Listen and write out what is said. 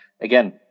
again